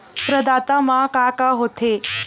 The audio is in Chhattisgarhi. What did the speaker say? प्रदाता मा का का हो थे?